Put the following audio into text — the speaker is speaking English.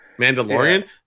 mandalorian